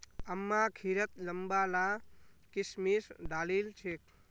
अम्मा खिरत लंबा ला किशमिश डालिल छेक